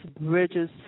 Bridges